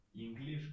English